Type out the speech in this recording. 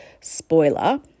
spoiler